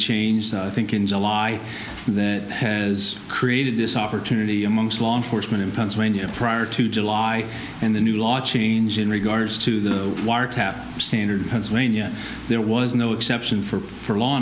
changed i think in july that has created this opportunity amongst law enforcement in pennsylvania prior to july and the new law change in regards to the wiretap standard there was no exception for for law